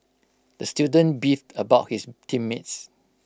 the student beefed about his team mates